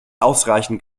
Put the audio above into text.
ausreichend